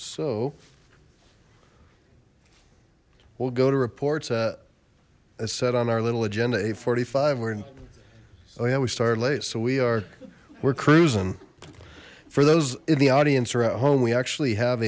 so we'll go to reports at a set on our little agenda a forty five we're so yeah we started late so we are we're cruising for those in the audience or at home we actually have